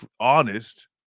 honest